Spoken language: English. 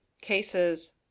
Cases